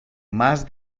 más